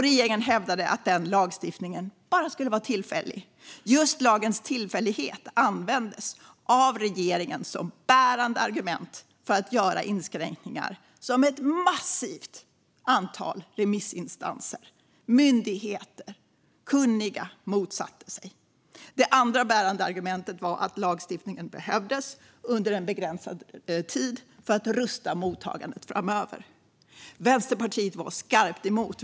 Regeringen hävdade att lagstiftningen bara skulle vara tillfällig. Just lagens tillfällighet användes av regeringen som bärande argument för att göra inskränkningar som ett massivt antal remissinstanser - myndigheter, kunniga - motsatte sig. Det andra bärande argumentet var att lagstiftningen behövdes under en begränsad tid för att rusta mottagandet framöver. Vänsterpartiet var skarpt emot.